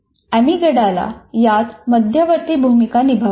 amygdala यात मध्यवर्ती भूमिका निभावतो